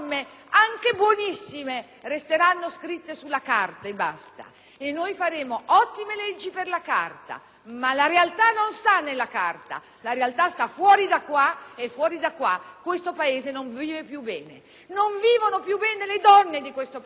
La realtà non sta però nella carta, sta fuori di qui: e fuori di qui, questo Paese non vive più bene. Non vivono più bene le donne di questo Paese, costrette a fare i conti con un problema di sicurezza che condiziona pesantemente la loro vita,